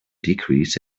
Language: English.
decrease